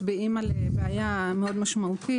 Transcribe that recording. מצביעים על בעיה מאוד משמעותית.